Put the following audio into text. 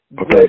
Okay